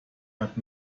hat